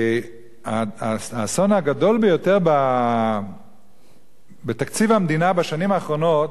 והאסון הגדול ביותר בשנים האחרונות